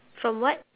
from what